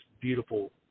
beautiful